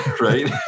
right